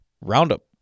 Roundup